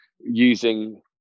using